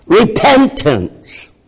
repentance